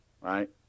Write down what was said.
Right